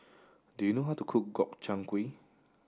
do you know how to cook Gobchang Gui